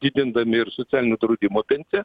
didindami ir socialinio draudimo pensiją